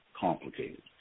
complicated